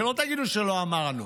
שלא תגידו שלא אמרנו.